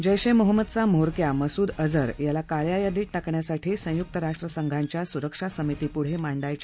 जैशे मोहम्मदचा म्होरक्या मसुद अजहर याला काळया यादीत टाकण्यासाठी संयुक्त राष्ट्रसंघांच्या सुरक्षा समितीपुढं मांडायच्या